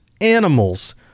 animals